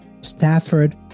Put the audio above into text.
Stafford